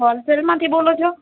હોલસેલમાંથી બોલો છો